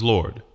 Lord